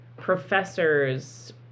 professors